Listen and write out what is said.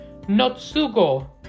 Notsugo